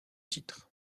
titres